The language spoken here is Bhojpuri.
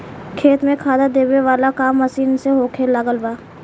खेत में खादर देबे वाला काम मशीन से होखे लागल बा